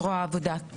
זרוע עבודה.